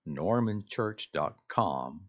normanchurch.com